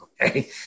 okay